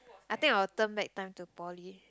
I think I will turn back time to poly